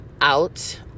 out